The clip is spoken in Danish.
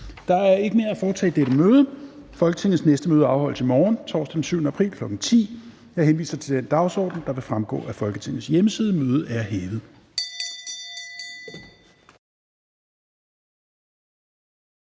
Der er ikke mere at foretage i dette møde. Folketingets næste møde afholdes i morgen, torsdag den 7. april 2022, kl. 10.00. Jeg henviser til den dagsorden, der vil fremgå af Folketingets hjemmeside. Mødet er hævet.